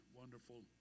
wonderful